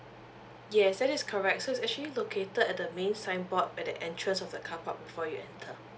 yes that is correct so is actually located at the main signboard at the entrance of the carpark before you enter